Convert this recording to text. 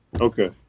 Okay